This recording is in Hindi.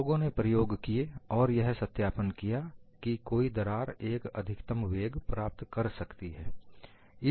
तो लोगों ने प्रयोग किए और यह सत्यापन किया कि कोई दरार एक अधिकतम वेग प्राप्त कर सकती है